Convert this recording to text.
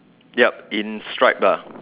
yup in stripe lah